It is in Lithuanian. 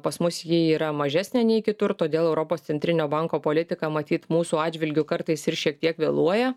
pas mus ji yra mažesnė nei kitur todėl europos centrinio banko politika matyt mūsų atžvilgiu kartais ir šiek tiek vėluoja